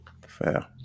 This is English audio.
Fair